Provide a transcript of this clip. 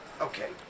okay